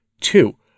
Two